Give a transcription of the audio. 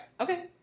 okay